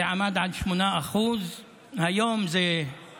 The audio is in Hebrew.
זה עמד על 8%. היום זה 13%-14%,